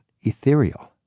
ethereal